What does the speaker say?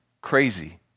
crazy